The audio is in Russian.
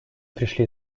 пришли